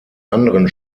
anderen